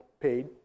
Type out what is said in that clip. paid